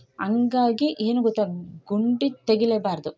ಹಂಗಾಗಿ ಏನು ಗೊತ್ತಾ ಗುಂಡಿ ತೆಗಿಲೇಬಾರದು